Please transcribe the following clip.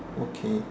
okay